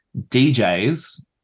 DJs